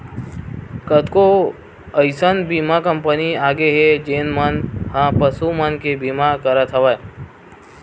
कतको अइसन बीमा कंपनी आगे हे जेन मन ह पसु मन के बीमा करत हवय